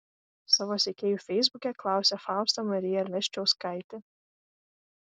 savo sekėjų feisbuke klausė fausta marija leščiauskaitė